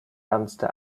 ernste